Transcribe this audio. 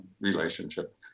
relationship